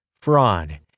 fraud